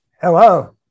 Hello